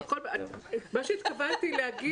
מה שהתכוונתי להגיד